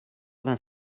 vingt